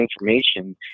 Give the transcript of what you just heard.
information